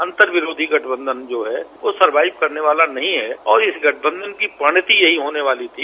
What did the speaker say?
अन्तर विरोधी गठबंधन जो है वह सरवाईव करने वाला नहीं है और इस गठबंधन की क्वालिटी यही होने वाली थी